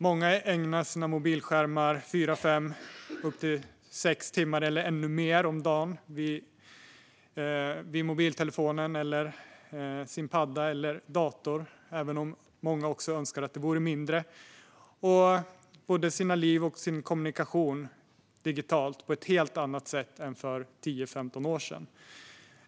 Många ägnar sig åt sina mobilskärmar, sin padda eller sin dator fyra fem timmar om dagen, ibland mer, även om många önskar att det vore mindre. Man har sitt liv och sin kommunikation digitalt på ett helt annat sätt än för tio femton år sedan.